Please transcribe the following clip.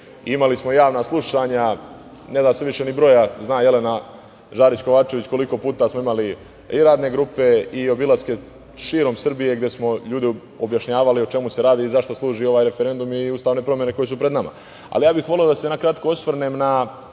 smo javna slušanja, neda se više ni nabrojati, zna Jelena Žarić Kovačević koliko smo puta imali i radne grupe i obilaske širom Srbije, gde smo ljudima objašnjavali o čemu se radi i za šta služi ovaj referendum i ustavne promene koje su pred nama. Ja bih voleo da se na kratko osvrnem na